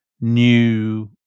new